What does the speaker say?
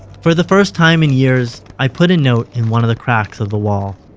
for the first time in years, i put a note in one of the cracks of the wall.